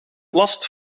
last